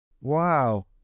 wow